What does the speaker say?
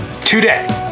today